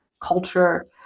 culture